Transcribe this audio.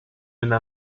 una